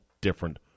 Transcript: different